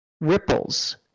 ripples